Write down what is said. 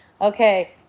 okay